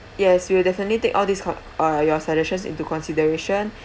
yes we will definitely take all these co~ uh your suggestions into consideration